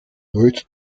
nooit